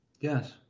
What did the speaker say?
Yes